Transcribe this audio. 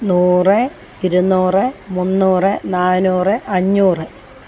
നൂറ് ഇരുനൂറ് മുന്നൂറ് നാനൂറ് അഞ്ഞൂറ്